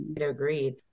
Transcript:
Agreed